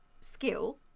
skill